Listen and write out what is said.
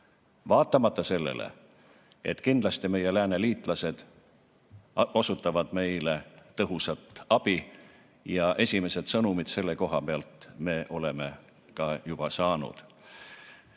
vaatamata sellele, et meie lääneliitlased osutavad kindlasti meile tõhusat abi. Esimesed sõnumid selle koha pealt me oleme ka juba saanud.